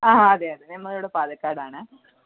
ആ അതെ അതെ നമ്മളിവിടെ പാലക്കാടാണ്